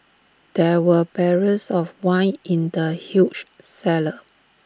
there were barrels of wine in the huge cellar